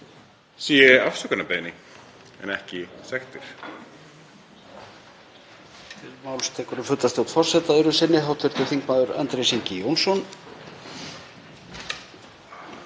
sé afsökunarbeiðni en ekki sektir.